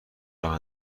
راه